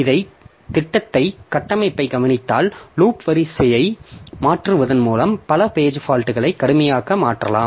இந்த திட்டத்தின் கட்டமைப்பை கவனித்தால் லூப் வரிசையை மாற்றுவதன் மூலம் பல பேஜ் பால்ட்களை கடுமையாக மாற்றலாம்